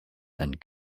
and